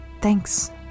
thanks